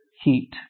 heat